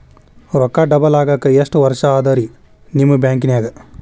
ರೊಕ್ಕ ಡಬಲ್ ಆಗಾಕ ಎಷ್ಟ ವರ್ಷಾ ಅದ ರಿ ನಿಮ್ಮ ಬ್ಯಾಂಕಿನ್ಯಾಗ?